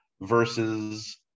versus